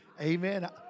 amen